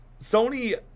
Sony